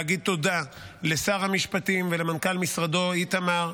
להגיד תודה לשר המשפטים ולמנכ"ל משרדו איתמר,